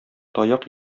таяк